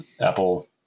apple